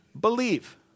believe